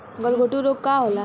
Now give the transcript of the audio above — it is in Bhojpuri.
गलघोटू रोग का होला?